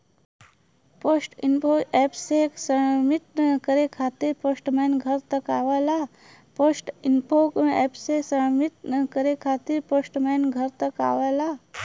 post Info app से submit करे खातिर पोस्टमैन घर तक आवला